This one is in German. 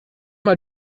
mal